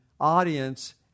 audience